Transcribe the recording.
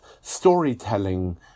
storytelling